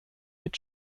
mit